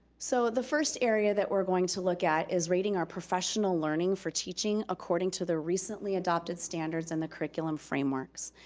so the first area that we are going to look at is rating our professional learning for teaching according to the recently adopted standards and the curriculum frameworks.